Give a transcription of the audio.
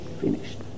finished